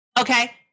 Okay